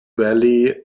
valley